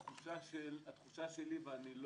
התחושה שלי, ויש